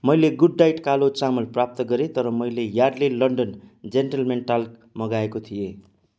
मैले गुडडायट कालो चामल प्राप्त गरेँ तर मैले यार्डले लन्डन जेन्टलमेन टाल्क मगाएको थिएँ